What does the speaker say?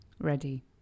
Ready